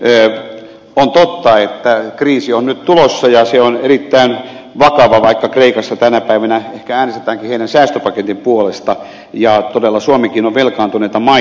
on totta että kriisi on nyt tulossa ja se on erittäin vakava vaikka kreikassa tänä päivänä ehkä äänestetäänkin säästöpaketin puolesta ja todella suomikin on velkaantunut maa